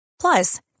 Plus